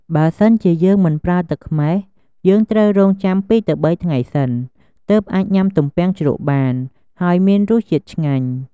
បើសិនជាយើងមិនប្រើទឹកខ្មេះ យើងត្រូវរង់ចាំ២ទៅ៣ថ្ងៃសិន ទើបអាចញុំាទំពាំងជ្រក់បាន ហើយមានរសជាតិឆ្ងាញ់។